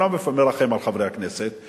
ואני לא מרחם על חברי הכנסת,